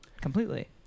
completely